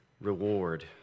reward